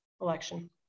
election